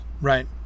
right